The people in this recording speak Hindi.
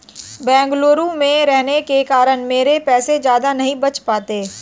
बेंगलुरु में रहने के कारण मेरे पैसे ज्यादा नहीं बच पाते